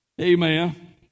Amen